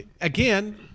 again